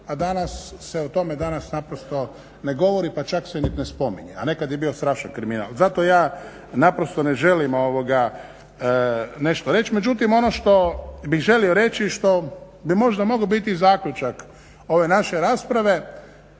a danas se o tome naprosto ne govori, pa čak se nit ne spominje a nekad je bio strašan kriminal. Zato ja naprosto ne želim nešto reći. Međutim ono što bih želio reći i što bi možda mogao biti zaključak ove naše rasprave,